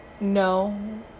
no